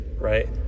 right